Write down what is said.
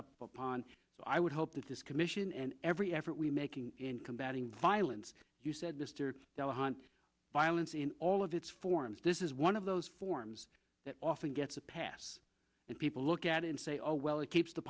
so i would hope that this commission and every effort we making in combating violence you said mr delahunt violence in all of its forms this is one of those forms that often gets a pass and people look at it and say oh well it keeps the